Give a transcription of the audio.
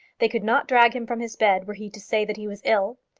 they could not drag him from his bed were he to say that he was ill.